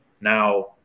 Now